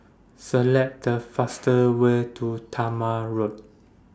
Select The faster Way to Talma Road